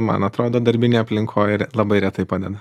man atrodo darbinėj aplinkoj ir labai retai padeda